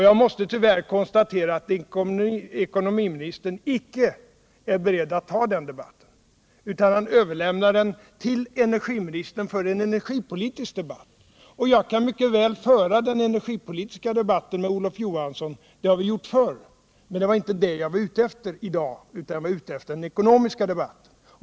Jag måste tyvärr konstatera att ekonomiministern icke är beredd att ta den debatten, utan han överlämnar frågan till energiministern för en energipolitisk debatt. Jag kan mycket väl föra den energipolitiska debatten med Olof Johansson — det har vi gjort förr — men det var inte det jag var ute efter i dag, utan det var en ekonomisk debatt.